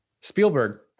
Spielberg